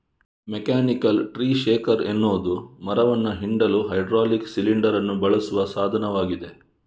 mechanical tree shaker ಎನ್ನುವುದು ಮರವನ್ನ ಹಿಂಡಲು ಹೈಡ್ರಾಲಿಕ್ ಸಿಲಿಂಡರ್ ಅನ್ನು ಬಳಸುವ ಸಾಧನವಾಗಿದೆ